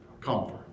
comfort